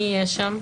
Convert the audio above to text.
מי יהיה שם?